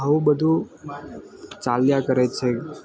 આવું બધું ચાલ્યા કરે છે